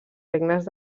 regnes